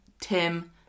Tim